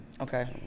Okay